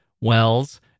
Wells